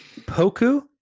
Poku